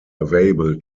available